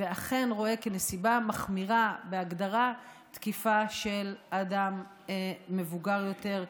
ואכן רואה כנסיבה מחמירה בהגדרה תקיפה של אדם מבוגר יותר,